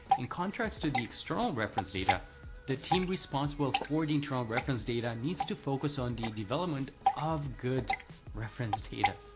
in contrast to the external reference data the team responsible for the internal reference data needs to focus on the development of good reference data.